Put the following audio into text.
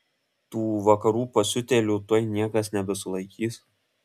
tų vakarų pasiutėlių tuoj niekas nebesulaikys